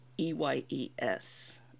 E-Y-E-S